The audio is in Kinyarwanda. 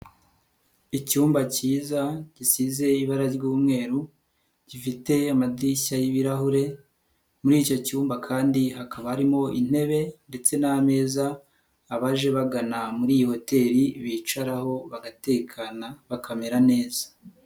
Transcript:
Icyumba kiza gisize ibara ry'umweru, gifite amadirishya y'ibirahure, muri icyo cyumba kandi hakaba harimo intebe ndetse n'ameza abaje bagana muri iyi hoteri bicaraho bagatekana bakamera neza.